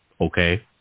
okay